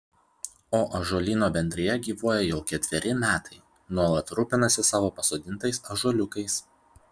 o ąžuolyno bendrija gyvuoja jau ketveri metai nuolat rūpinasi savo pasodintais ąžuoliukais